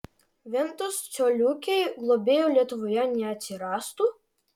ventos coliukei globėjų lietuvoje neatsirastų